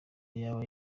baba